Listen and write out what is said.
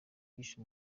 yishe